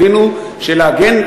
יבינו שלהגן,